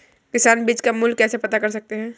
किसान बीज का मूल्य कैसे पता कर सकते हैं?